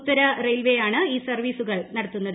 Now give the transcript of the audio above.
ഉത്തര റെയിൽവേയാണ് ഈ സർവ്വീസുകൾ നടത്തുന്നത്